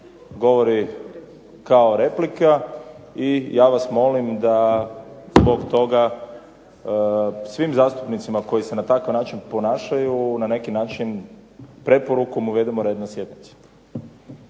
govori kao replika i ja vas molim da zbog toga svim zastupnicima koji se na takav način ponašaju na neki način preporukom uvedemo red na sjednici.